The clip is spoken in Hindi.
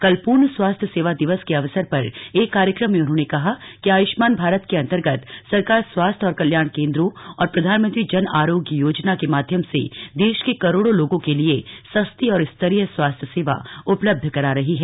कल पूर्ण स्वास्थ्य सेवा दिवस के अवसर पर एक कार्यक्रम में उन्होंने कहा कि आयुष्मान भारत के अंतर्गत सरकार स्वास्थ्य और कल्याण केंद्रों और प्रधानमंत्री जन आरोग्य योजना के माध्यम से देश के करोड़ों लोगों के लिए सस्ती और स्तरीय स्वास्थ्य सेवा उपलब्ध करा रही है